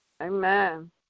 Amen